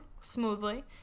Smoothly